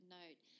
note